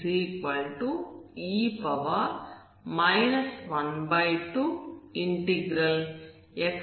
v గా ఇస్తుంది